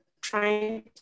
trying